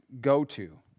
go-to